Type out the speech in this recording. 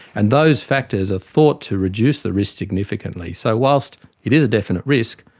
and those factors are thought to reduce the risk significantly. so whilst it is a definite risk,